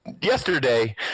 yesterday